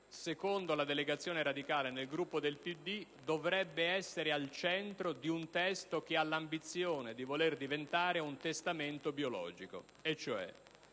secondo la delegazione radicale nel Gruppo del PD, dovrebbe essere al centro di un testo che ha l'ambizione di voler diventare un testamento biologico: in